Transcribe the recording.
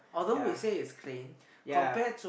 yeah yeah